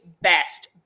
best